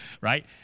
right